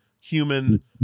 human